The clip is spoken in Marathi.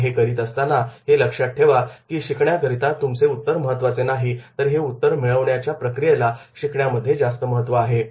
पण हे करीत असताना हे लक्षात ठेवा की शिकण्याकरिता तुमचे उत्तर महत्त्वाचे नाही तर हे उत्तर मिळवण्याच्या प्रक्रियेला शिकण्यामध्ये जास्त महत्त्व आहे